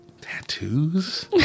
Tattoos